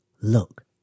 Look